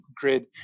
grid